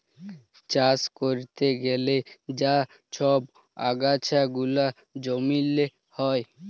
চাষ ক্যরতে গ্যালে যা ছব আগাছা গুলা জমিল্লে হ্যয়